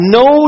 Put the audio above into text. no